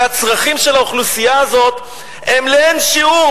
הרי הצרכים של האוכלוסייה הזאת הם לאין-שיעור